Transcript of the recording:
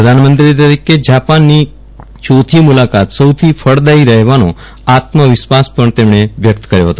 પ્રધાનમંત્રી તરીકે જાપાનની ચોથી મુલાકાત સૌથી ફળદાથી રફેવાનો આત્મ વિસ્વાસ પણ તેમણે વ્યક્ત કર્યો હતો